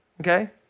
Okay